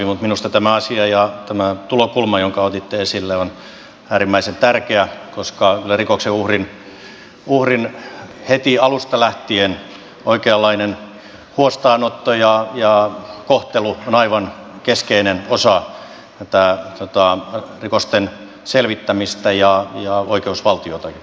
mutta minusta tämä asia ja tämä tulokulma jonka otitte esille on äärimmäisen tärkeä koska minusta rikoksen uhrin heti alusta lähtien oikeanlainen huostaanotto ja kohtelu on aivan keskeinen osa tätä rikosten selvittämistä ja oikeusvaltiota